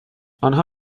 آنها